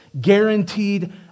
guaranteed